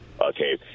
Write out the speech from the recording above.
Okay